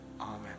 Amen